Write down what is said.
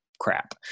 crap